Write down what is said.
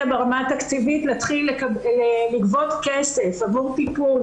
ברמה התקציבית להתחיל לגבות כסף עבור טיפול.